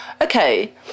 Okay